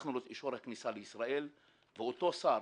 לקחנו לו את אישור הכניסה לישראל, ואותו שר,